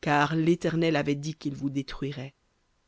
car l'éternel avait dit qu'il vous détruirait